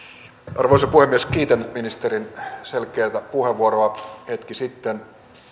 arvoisa puhemies kiitän ministerin selkeätä puheenvuoroa hetki sitten